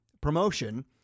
promotion